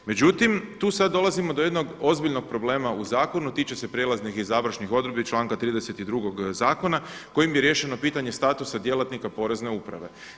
Međutim, tu sad dolazimo do jednog ozbiljnog problema u zakonu tiče se prijelaznih i završnih odredbi članka 32. zakona, kojim bi riješeno pitanje statusa djelatnika porezne uprave.